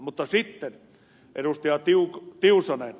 mutta sitten ed